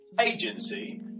agency